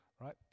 right